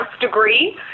degree